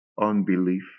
unbelief